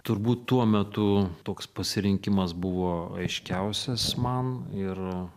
turbūt tuo metu toks pasirinkimas buvo aiškiausias man ir